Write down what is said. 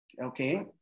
okay